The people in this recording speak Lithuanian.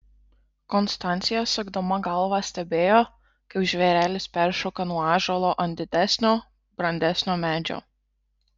konstancija sukdama galvą stebėjo kaip žvėrelis peršoka nuo ąžuolo ant didesnio brandesnio medžio